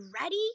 ready